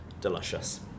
delicious